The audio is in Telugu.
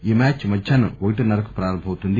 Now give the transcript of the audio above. ఈ మ్యాచ్ మధ్యాహ్నం ఒంటి గంటన్న రకు ప్రారంభమవుతుంది